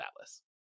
Atlas